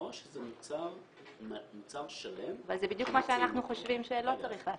העו"ש זה מוצר שלם --- אבל זה בדיוק מה שאנחנו חושבים שלא צריך לעשות.